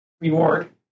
reward